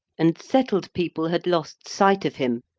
and settled people had lost sight of him,